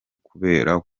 kubera